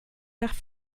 nach